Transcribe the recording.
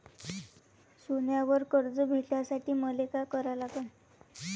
सोन्यावर कर्ज भेटासाठी मले का करा लागन?